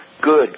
Good